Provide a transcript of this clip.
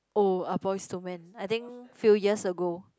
oh Ah Boys to Men I think few years ago